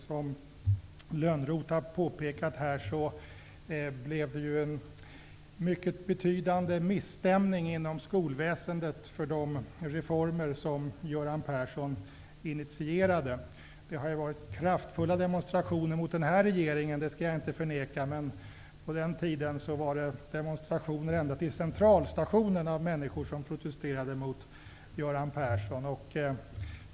Som Johan Lönnroth påpekade här blev det en mycket betydande misstämning inom skolväsendet efter de reformer som Göran Persson initierade. Det har förekommit kraftfulla demonstrationer även mot den nuvarande regeringen -- det skall jag inte förneka -- men på den tiden var det demonstrationer ända till Centralstationen av människor som protesterade mot Göran Persson.